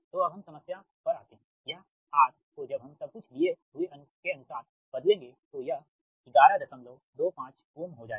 तो अब हम इस समस्या पर आते हैयह R को जब आप सब कुछ दिए हुए है के अनुसार बदलेंगे तो यह 1125Ω हो जाएगा